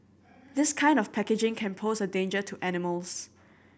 this kind of packaging can pose a danger to animals